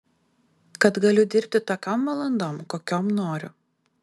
kad galiu dirbti tokiom valandom kokiom noriu